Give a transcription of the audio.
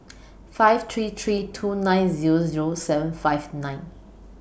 five three three two nine Zero Zero seven five nine